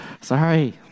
Sorry